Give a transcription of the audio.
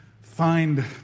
find